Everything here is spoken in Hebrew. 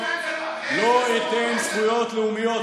שפה זה זכות, לא אתן זכויות לאומיות.